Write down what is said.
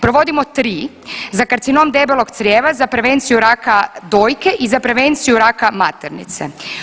Provodimo tri, za karcinom debelog crijeva, za prevenciju raka dojke i za prevenciju raka maternice.